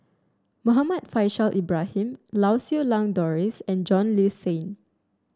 Muhammad Faishal Ibrahim Lau Siew Lang Doris and John Le Cain